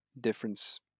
difference